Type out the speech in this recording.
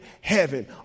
heaven